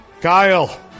Kyle